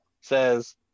says